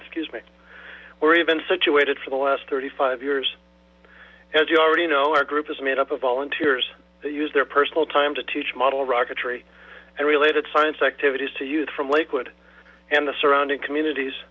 excuse me we're even situated for the last thirty five years as you already know our group is made up of volunteers that use their personal time to teach model rocketry and related science activities to youth from lakewood and surrounding communities